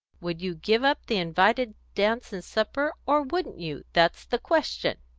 would you give up the invited dance and supper, or wouldn't you? that's the question.